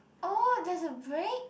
oh there's a break